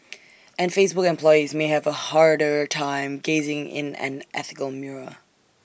and Facebook employees may have A harder time gazing in an ethical mirror